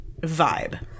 Vibe